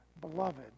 beloved